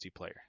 multiplayer